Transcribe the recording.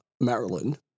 Maryland